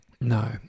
No